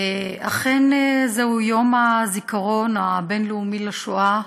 אכן, זהו יום הזיכרון הבין-לאומי לשואה,